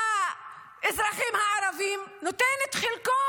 מהאזרחים הערבים שיכול, נותן את חלקו.